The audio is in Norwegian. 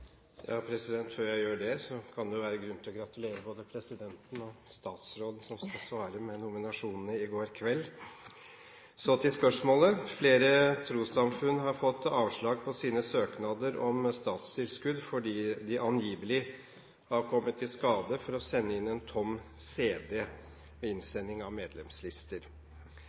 skal svare, med nominasjonene i går kveld. Så til spørsmålet: «Flere uavhengige trossamfunn har fått avslag på sine søknader om statstilskudd fordi de angivelig har kommet i skade for å sende inn en tom CD ved innsending av medlemslister.